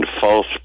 false